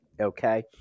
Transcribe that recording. Okay